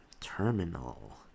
Terminal